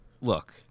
look